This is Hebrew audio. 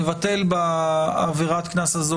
נבטל בעבירת הקנס הזו,